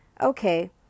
Okay